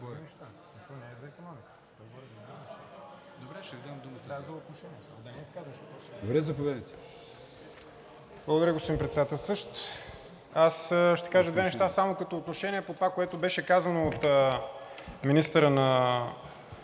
Благодаря, господин Председателстващ. Аз ще кажа само две неща като отношение по това, което беше казано от министъра на